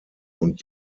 und